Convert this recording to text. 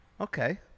Okay